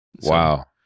Wow